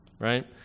Right